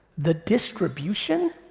the distribution?